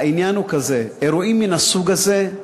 העניין הוא כזה, אירועים מן הסוג הזה,